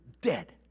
dead